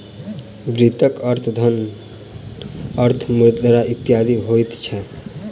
वित्तक अर्थ धन, अर्थ, मुद्रा इत्यादि होइत छै